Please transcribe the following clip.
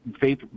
faith